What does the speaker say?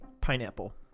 pineapple